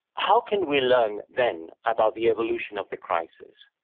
how can we learn then about the evolution of the crisis?